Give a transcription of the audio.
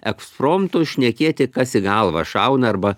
ekspromtu šnekėti kas į galvą šauna arba